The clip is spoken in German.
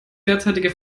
derzeitige